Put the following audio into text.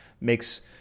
makes